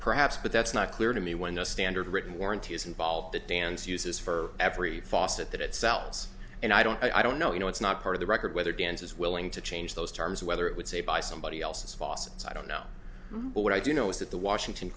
perhaps but that's not clear to me when the standard written warranty is involved that dan's uses for every faucet that it sells and i don't i don't know you know it's not part of the record whether gans is willing to change those terms whether it would say by somebody else's faucets i don't know but what i do know is that the washington